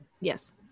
Yes